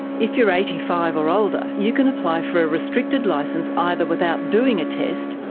if you're eighty five or older, you can apply for a restricted licence either without doing a test,